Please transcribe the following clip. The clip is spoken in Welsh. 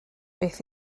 beth